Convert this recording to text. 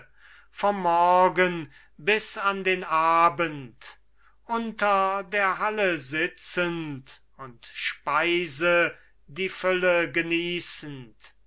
vom morgen bis an den abend unter der halle sitzend und speise die fülle genießend